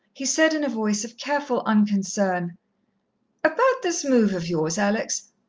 he said in a voice of careful unconcern about this move of yours, alex.